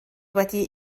wedi